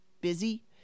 busy